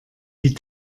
die